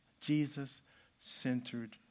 Jesus-centered